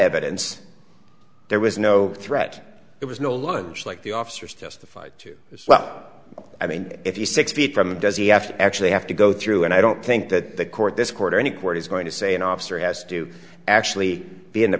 evidence there was no threat there was no lunch like the officers testified to this well i mean if you six feet from him does he have to actually have to go through and i don't think that the court this court any court is going to say an officer has to actually be in the